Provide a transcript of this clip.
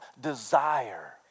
Desire